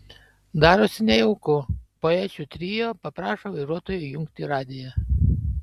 darosi nejauku poečių trio paprašo vairuotojo įjungti radiją